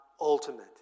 ultimate